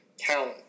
count